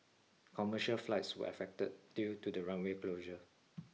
commercial flights were affected due to the runway closure